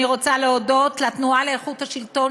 אני רוצה להודות לתנועה לאיכות השלטון